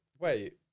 wait